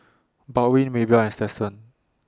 Baldwin Maybell and Stetson